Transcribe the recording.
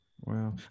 Wow